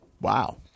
wow